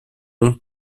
hong